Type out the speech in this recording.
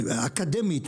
אקדמית,